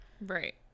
right